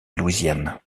louisiane